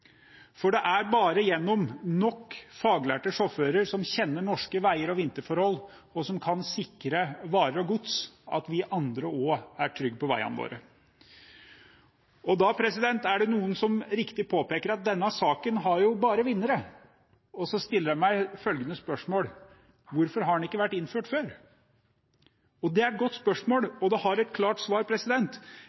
for trafikksikkerheten, for det er bare gjennom nok faglærte sjåfører som kjenner norske veier og vinterforhold, og som kan sikre varer og gods, at vi andre også er trygge på veiene våre. Det er noen som – riktig – påpeker at denne saken bare har vinnere. Da stiller jeg meg følgende spørsmål: Hvorfor har det ikke vært innført før? Det er et godt spørsmål, og det har et klart svar.